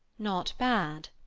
not bad,